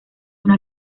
una